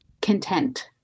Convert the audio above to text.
content